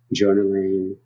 journaling